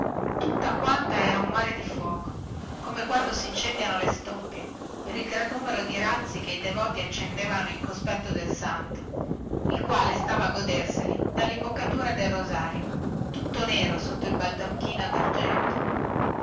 piazza pareva un mare di fuoco come quando si incendiavano le stoppie per il gran numero di razzi che i devoti accendevano sotto gli occhi del santo il quale stava a goderseli dallimboccatura del rosario tutto nero sotto il baldacchino dargento